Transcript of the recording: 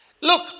Look